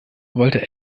wollte